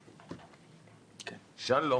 שלום.